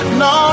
no